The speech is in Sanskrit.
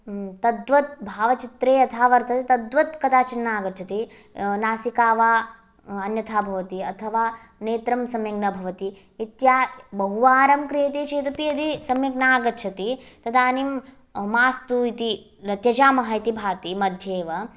तद्वत् भावचित्रे यथा वर्तते तद्वत् कदाचित् न आगच्छति नासिका वा अन्यथा भवति अथवा नेत्रं सम्यक् न भवति इत्या बहुवारं क्रियते चेदपि यदि सम्यक् न आगच्छति तदानीं मास्तु इति त्यजामः इति भाति मध्ये एव